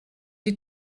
die